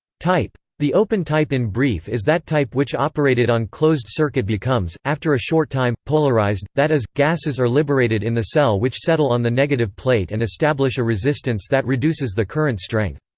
type. the open type in brief is that type which operated on closed circuit becomes, after a short time, polarized that is, gases are liberated in the cell which settle on the negative plate and establish a resistance that reduces the current strength.